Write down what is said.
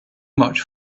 much